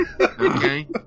Okay